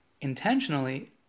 intentionally